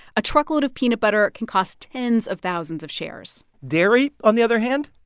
a truckload of peanut butter can cost tens of thousands of shares dairy, on the other hand,